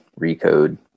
Recode